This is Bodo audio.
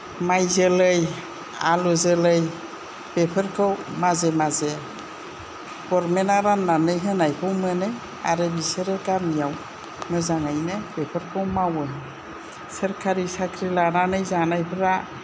माइ जोलै आलु जोलै बेफोरखौ माजे माजे गभर्नमेन्टआ राननानै होनायखौ मोनो आरो बिसोरो गामियाव मोजाङैनो बेफोरखौ मावो सोरखारि साख्रि लानानै जानायफोरा